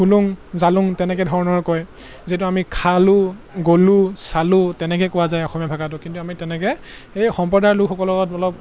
শুলুং যালুং তেনেকৈ ধৰণৰ কয় যিহেতু আমি খালোঁ গ'লোঁ চালোঁ তেনেকৈ কোৱা যায় অসমীয়া ভাষাটো কিন্তু আমি তেনেকৈ এই সম্প্ৰদায়ৰ লোকসকলৰ লগত অলপ